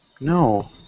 No